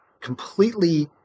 completely –